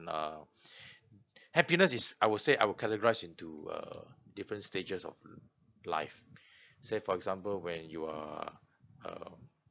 um happiness is I would say I will categorised into err different stages of life say for example when you are um